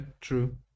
true